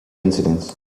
incidents